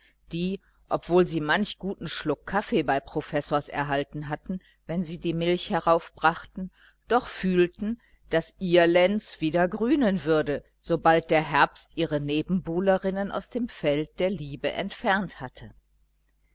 die obwohl sie manch guten schluck kaffee bei professors erhalten hatten wenn sie die milch hinaufbrachten doch fühlten daß ihr lenz wieder grünen würde sobald der herbst ihre nebenbuhlerinnen auf dem felde der liebe entfernt hatte